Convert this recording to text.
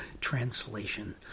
translation